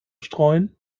streuen